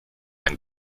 ein